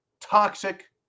toxic